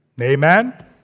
Amen